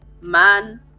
man